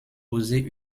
osez